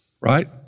right